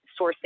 sourcing